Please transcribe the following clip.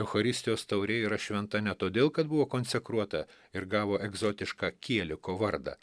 eucharistijos taurė yra šventa ne todėl kad buvo konsekruota ir gavo egzotišką kėliko vardą